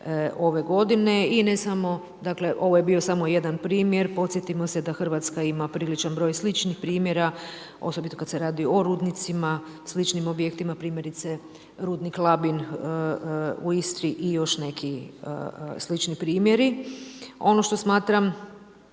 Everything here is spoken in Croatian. ove godine. I ne samo, ovo je bio samo jedan primjer. Podsjetimo se da Hrvatska ima priličan broj sličnih primjera, osobito kad se radi o rudnicima, sličnim objektima primjerice rudnik Labin u Istri i još neki slični primjeri. Ono što smatram